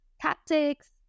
tactics